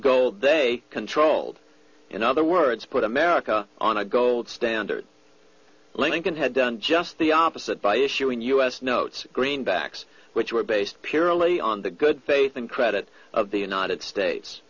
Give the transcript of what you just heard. gold they controlled in other words put america on a gold standard lincoln had done just the opposite by issuing us notes greenbacks which were based purely on the good faith and credit of the united states